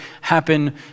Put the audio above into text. happen